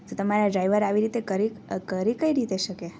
તો તમારા ડ્રાઈવર આવી રીતે કરી કઈ રીતે શકે